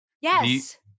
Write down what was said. Yes